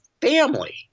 family